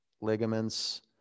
ligaments